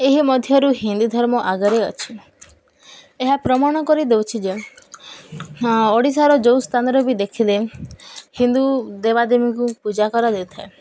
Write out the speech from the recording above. ଏହି ମଧ୍ୟରୁ ହିନ୍ଦୀ ଧର୍ମ ଆଗରେ ଅଛି ଏହା ପ୍ରମାଣ କରିଦଉଛି ଯେ ଓଡ଼ିଶାର ଯେଉଁ ସ୍ଥାନରେ ବି ଦେଖିଲେ ହିନ୍ଦୁ ଦେବାଦେବୀଙ୍କୁ ପୂଜା କରାଯାଇ ଥାଏ